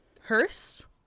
hearse